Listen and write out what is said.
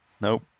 nope